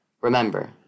remember